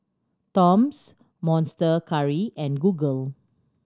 Toms Monster Curry and Google